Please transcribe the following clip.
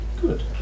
Good